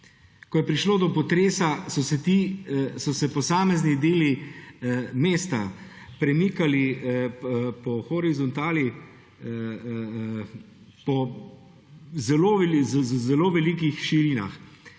Ko je prišlo do potresa, so se posamezni deli mesta premikali po horizontali v zelo velikih širinah.